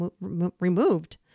removed